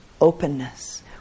openness